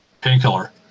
Painkiller